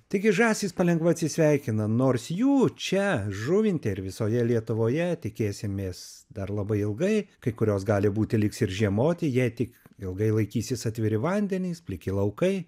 taigi žąsys palengva atsisveikina nors jų čia žuvinte ir visoje lietuvoje tikėsimės dar labai ilgai kai kurios gali būti liks ir žiemoti jei tik ilgai laikysis atviri vandenys pliki laukai